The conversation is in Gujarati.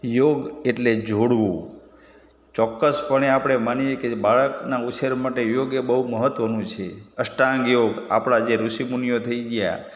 યોગ એટલે જોડવું ચોક્કસપણે આપણે માનીએ કે બાળકના ઉછેર માટે યોગ એ બહુ મહત્ત્વનું છે અષ્ટાંગ યોગ આપણા જે ઋષિ મુનિઓ થઈ ગયા